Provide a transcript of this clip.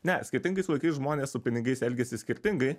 ne skirtingais laikais žmonės su pinigais elgiasi skirtingai